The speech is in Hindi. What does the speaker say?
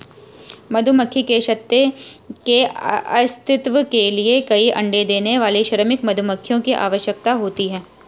मधुमक्खी के छत्ते के अस्तित्व के लिए कई अण्डे देने वाली श्रमिक मधुमक्खियों की आवश्यकता होती है